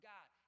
God